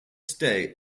stay